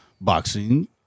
boxing